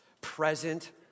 Present